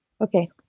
Okay